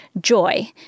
joy